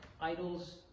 idols